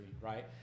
right